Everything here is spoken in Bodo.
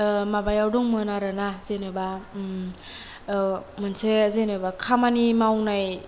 माबायाव दंमोन आरोना जेनोबा मोनसे जेनोबा खामानि मावनाय